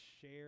share